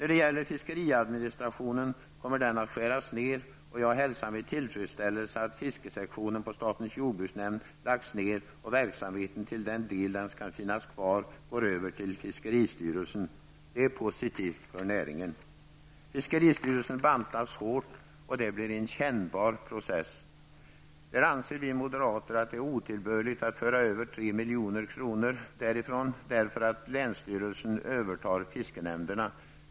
Fiskeriadministrationen kommer att skäras ned, och jag hälsar med tillfredsställelse att fiskesektionen på statens jordbruksnämnd lagts ned och att verksamheten till den del som den skall finnas kvar går över till fiskeristyrelsen. Det är positivt för näringen. Fiskeristyrelsen bantas hårt, och det blir en kännbar process. Där anser vi moderater att det är otillbörligt att föra över 3 milj.kr. därför att länsstyrelserna övertar fiskenämnderna.